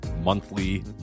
monthly